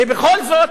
ובכל זאת,